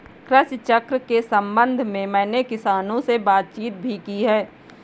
कृषि चक्र के संबंध में मैंने किसानों से बातचीत भी की है